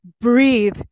breathe